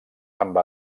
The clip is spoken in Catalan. amb